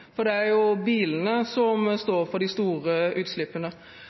for det er jo bilene som står for de store utslippene.